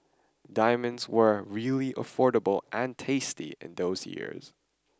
diamonds were really affordable and tasty in those years